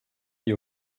you